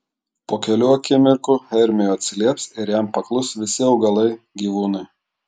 po kelių akimirkų hermiui atsilieps ir jam paklus visi augalai gyvūnai